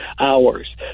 hours